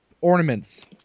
ornaments